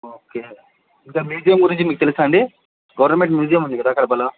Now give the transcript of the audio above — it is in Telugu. ఓకే ఇంకా మ్యూజియం గురించి మీకు తెలుసా అండీ గవర్నమెంట్ మ్యూజియం ఉంది కదా కడపలో